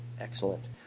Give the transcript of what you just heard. Excellent